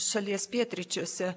šalies pietryčiuose